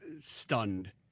stunned